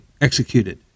executed